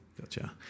Gotcha